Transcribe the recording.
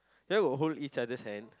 then we'll hold each other's hands